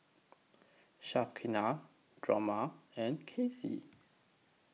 Shaquana Drema and Kasey